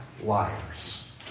liars